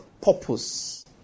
Purpose